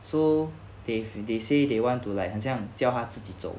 so they've they say they want to like 很像叫他自己走